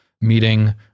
meeting